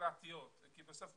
יצירתיות כי בסוף,